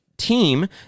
team